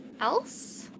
else